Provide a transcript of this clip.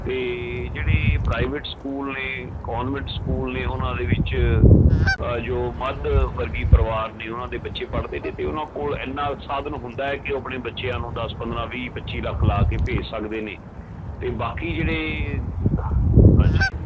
ਅਤੇ ਜਿਹੜੇ private school ਨੇ ਕੋਂਨਵੈਂਟ ਸਕੂਲ ਨੇ ਉਹਨਾਂ ਦੇ ਵਿੱਚ ਜੋ ਮੱਧ ਵਰਗੀ ਪਰਿਵਾਰ ਨੇ ਉਹਨਾਂ ਦੇ ਬੱਚੇ ਪੜ੍ਹਦੇ ਨੇ ਅਤੇ ਉਹਨਾਂ ਕੋਲ ਇੰਨਾਂ ਸਾਧਨ ਹੁੰਦਾ ਹੈ ਕਿ ਉਹ ਆਪਣੇ ਬੱਚਿਆਂ ਨੂੰ ਦਸ ਪੰਦਰਾਂ ਵੀਹ ਪੱਚੀ ਲੱਖ ਲਾ ਕੇ ਭੇਜ ਸਕਦੇ ਨੇ ਅਤੇ ਬਾਕੀ ਜਿਹੜੇ ਹਾਂਜੀ